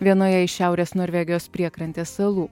vienoje iš šiaurės norvegijos priekrantės salų